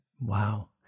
Wow